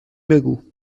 بگو